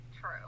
True